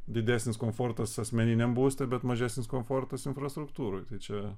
didesnis komfortas asmeniniam būste bet mažesnis komfortas infrastruktūroj tai čia